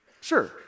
Sure